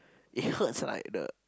it looks like the